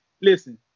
listen